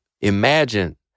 imagine